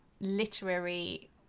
literary